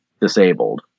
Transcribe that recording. disabled